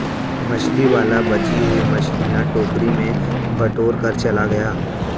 मछली वाला बची हुई मछलियां टोकरी में बटोरकर चला गया